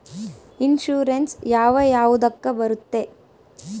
Insurance ಯಾವ ಯಾವುದಕ್ಕ ಬರುತ್ತೆ?